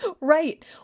Right